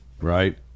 right